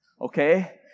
okay